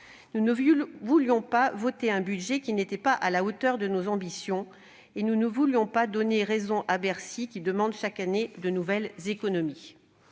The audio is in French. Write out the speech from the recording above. nous refusions de voter un budget qui ne fût pas à la hauteur de nos ambitions, et nous ne voulions pas donner raison à Bercy, qui demande chaque année de nouvelles économies.